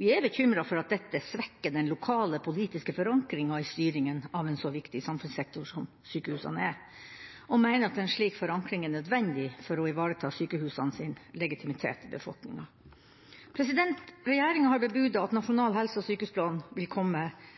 Vi er bekymret for at dette svekker den lokale, politiske forankringa i styringa av en så viktig samfunnssektor som sykehusene er, og mener at en slik forankring er nødvendig for å ivareta sykehusenes legitimitet i befolkninga. Regjeringa har bebudet at nasjonal helse- og sykehusplan vil komme